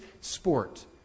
sport